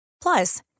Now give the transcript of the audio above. Plus